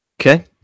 Okay